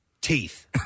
teeth